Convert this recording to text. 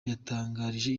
yatangarije